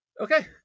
okay